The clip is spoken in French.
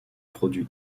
produit